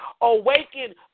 awaken